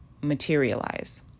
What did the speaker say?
materialize